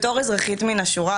כאזרחית מן השורה,